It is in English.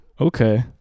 Okay